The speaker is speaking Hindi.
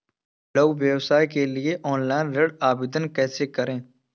लघु व्यवसाय के लिए ऑनलाइन ऋण आवेदन कैसे करें?